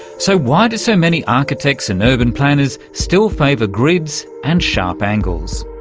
so why do so many architects and urban planners still favour grids and sharp angles?